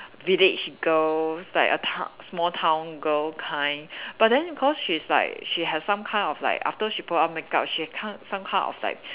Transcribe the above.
village girls like a town small town girl kind but then cause she's like she has some kind of like after she put on makeup she has ki~ some kind of like